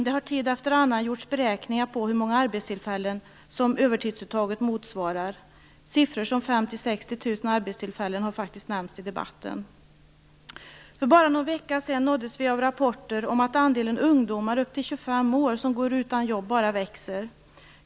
Det har tid efter annan gjorts beräkningar på hur många arbetstillfällen som övertidsuttaget motsvarar. Siffror som 50 000 60 000 arbetstillfällen har faktiskt nämnts i debatten. För bara någon vecka sedan nåddes vi av rapporter om att andelen ungdomar upp till 25 år som går utan jobb bara växer.